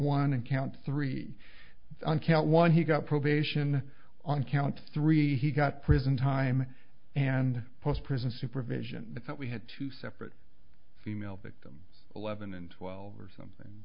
one and count three on count one he got probation on count three he got prison time and post prison supervision that we had to separate female victim eleven and twelve or something